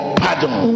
pardon